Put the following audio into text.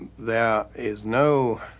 there is no